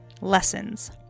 Lessons